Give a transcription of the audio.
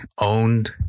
owned